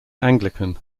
anglican